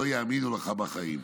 לא יאמינו לך בחיים.